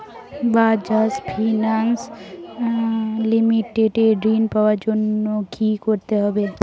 Bajaj finance limited এ ঋন পাওয়ার জন্য কি করতে হবে?